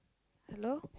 hello